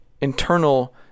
internal